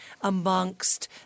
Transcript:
amongst